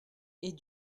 est